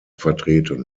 vertreten